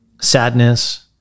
sadness